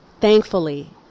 thankfully